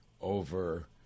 over